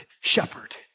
shepherd